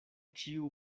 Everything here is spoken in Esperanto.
ĉiu